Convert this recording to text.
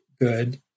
good